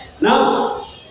Now